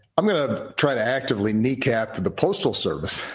i'm going to try to actively kneecap the postal service.